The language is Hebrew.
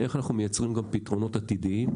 איך אנחנו מייצרים גם פתרונות עתידיים,